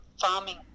farming